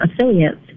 affiliates